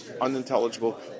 unintelligible